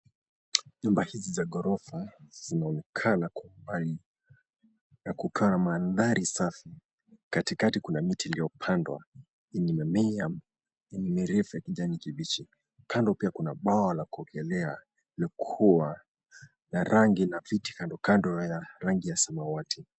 Nyumba hizi za gorofa zinaonekana kwa umbali na kukaa mandhari safi. Katikati kuna miti iliyopandwa. Imemea ni mirefu ya kijani kibichi. Kando pia kuna bwawa la kuogelea lilokuwa na rangi na viti kandokando ya rangi ya samawati